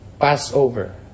Passover